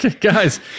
guys